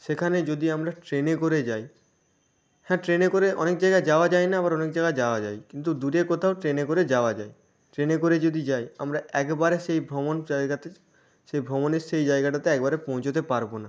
সেখানে যদি আমরা ট্রেনে করে যাই হ্যাঁ ট্রেনে করে অনেক জায়গায় যাওয়া যায় না আবার অনেক জায়গায় যাওয়া যায় কিন্তু দূরে কোথাও ট্রেনে করে যাওয়া যায় ট্রেনে করে যদি যাই আমরা একবারে সেই ভ্রমণ জায়গাতে সেই ভ্রমণের সেই জায়গাটাতে একবারে পৌঁছতে পারব না